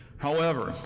however,